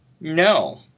No